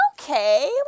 okay